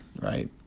right